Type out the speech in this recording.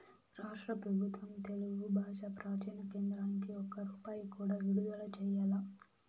రాష్ట్ర పెబుత్వం తెలుగు బాషా ప్రాచీన కేంద్రానికి ఒక్క రూపాయి కూడా విడుదల చెయ్యలా